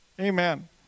amen